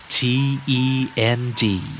T-E-N-D